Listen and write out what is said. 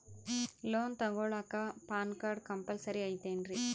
Loan ತೊಗೊಳ್ಳಾಕ PAN card compulsory ಐಯ್ತೇನ್ರಿ?